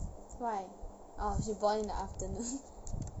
why orh she born in the afternoon